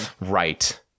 Right